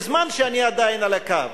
בזמן שאני עדיין על הקו,